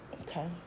Okay